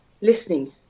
listening